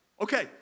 Okay